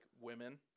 women